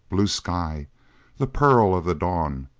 blue sky the pearl of the dawn,